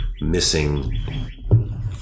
missing